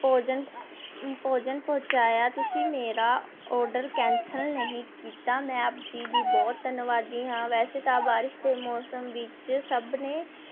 ਭੋਜਨ ਭੋਜਨ ਪਹੁੰਚਾਇਆ ਤੁਸੀਂ ਮੇਰਾ ਓਡਰ ਕੈਂਸਲ ਨਹੀਂ ਕੀਤਾ ਮੈਂ ਆਪ ਜੀ ਦੀ ਬਹੁਤ ਧੰਨਵਾਦੀ ਹਾਂ ਵੈਸੇ ਤਾਂ ਬਾਰਿਸ਼ ਦੇ ਮੌਸਮ ਵਿੱਚ ਸਭ ਨੇ